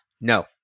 No